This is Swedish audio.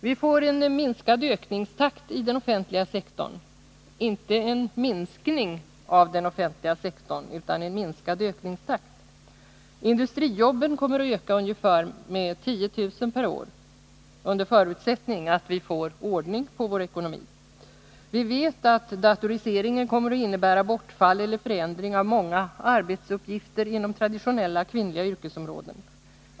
Vi får en minskad ökningstakt i den offentliga sektorn — inte en minskning av den offentliga sektorn utan alltså en minskad ökningstäkt. Industrijobben kommer att öka med ungefär 10 000 per år, under förutsättning att vi får ordning på vår ekonomi. Vi vet att datoriseringen kommer att innebära bortfall eller förändring av många arbetsuppgifter inom traditionella kvinnliga arbetsområden.